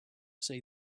say